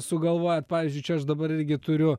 sugalvojat pavyzdžiui čia aš dabar irgi turiu